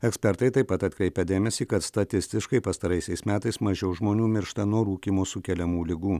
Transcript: ekspertai taip pat atkreipia dėmesį kad statistiškai pastaraisiais metais mažiau žmonių miršta nuo rūkymo sukeliamų ligų